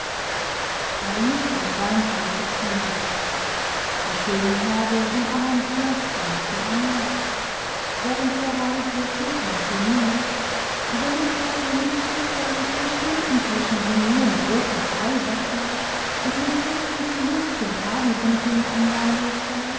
paris den mai die schönen tage von aranjuez gehen zu ende während der reise kommt man zu nichts und wenn ich heute nicht zufällig die stunden zwischen diner und oper frei hätte und mich plötzlich die lust zum tagebuchein anwandelte